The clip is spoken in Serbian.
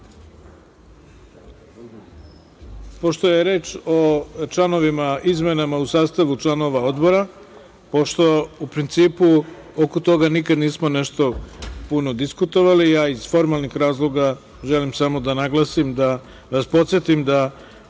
je reč o izmenama u sastavu članova odbora, u principu oko toga nikad nismo nešto puno diskutovali, ja iz formalnih razloga želim samo da naglasim, da vas podsetim, da